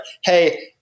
hey